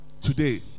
today